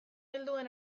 helduen